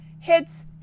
Hits